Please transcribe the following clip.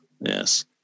yes